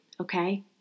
okay